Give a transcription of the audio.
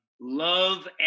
love